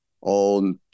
on